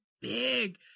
big